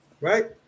right